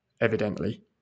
evidently